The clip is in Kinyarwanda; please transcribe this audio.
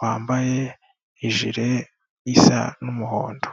wambaye ijire isa n'umuhondo.